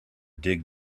dig